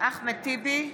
אחמד טיבי,